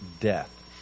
death